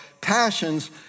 Passions